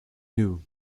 new